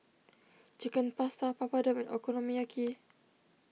Chicken Pasta Papadum and Okonomiyaki